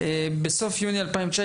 בסוף יוני 2019,